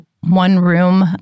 one-room